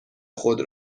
خود